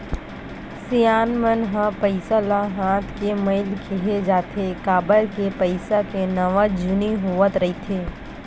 सियान मन ह पइसा ल हाथ के मइल केहें जाथे, काबर के पइसा के नवा जुनी होवत रहिथे